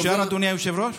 אפשר, אדוני היושב-ראש?